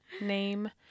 Name